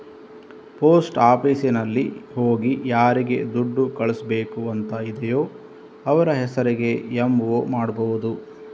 post ಆಫೀಸಿನಲ್ಲಿ ಹೋಗಿ ಯಾರಿಗೆ ದುಡ್ಡು ಕಳಿಸ್ಬೇಕು ಅಂತ ಇದೆಯೋ ಅವ್ರ ಹೆಸರಿಗೆ ಎಂ.ಒ ಮಾಡ್ಬಹುದು